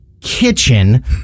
kitchen